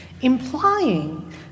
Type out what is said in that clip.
implying